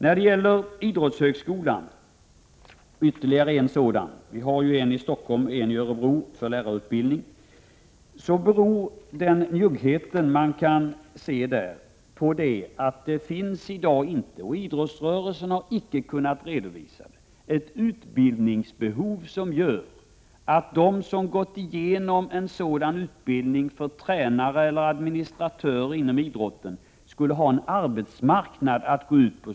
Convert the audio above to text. När det gäller ytterligare en idrottshögskola — vi har en i Stockholm och en i Örebro för lärarutbildning — beror den njugghet man kan se i fråga om en sådan på att det i dag inte finns ett utbildningsbehov grundat på att de som gått igenom en sådan utbildning för tränare eller administratörer inom idrotten skulle ha en arbetsmarknad att gå ut på.